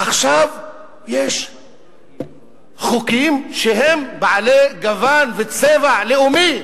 עכשיו יש חוקים שהם בעלי גוון וצבע לאומי.